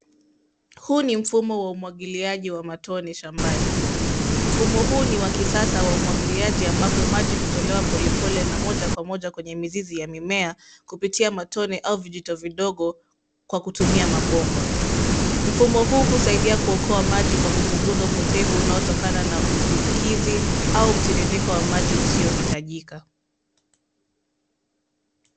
Huu ni mfumo wa umwagiliaji wa matone shambani. Mfumo huu ni wa kisasa wa umwagiliaji ambapo maji hutolewa polepole na moja kwa moja kwenye mizizi ya mimea kupitia matone au vijito vidogo kwa kutumia mabomba. Mfumo huu husaidia kuokoa maji kwa kupunguza upotevu unaotokana na uvukizi au mtiririko wa maji usiohitajika.